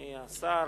אדוני השר,